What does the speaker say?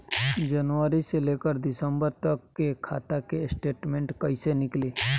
जनवरी से लेकर दिसंबर तक के खाता के स्टेटमेंट कइसे निकलि?